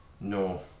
No